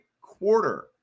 quarter